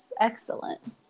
excellent